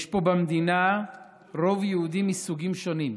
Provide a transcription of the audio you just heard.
יש פה במדינה רוב יהודי מסוגים שונים,